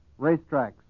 Racetracks